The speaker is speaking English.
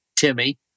Timmy